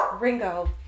Ringo